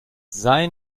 sei